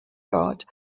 guard